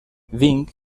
vinc